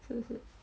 是不是